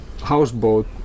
houseboat